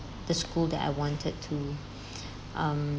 the school that I wanted to um